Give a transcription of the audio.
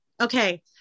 Okay